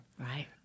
Right